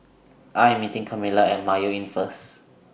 I Am meeting Kamila At Mayo Inn First